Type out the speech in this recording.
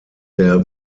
der